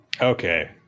Okay